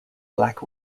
black